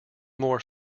more